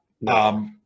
No